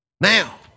Now